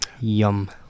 yum